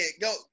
go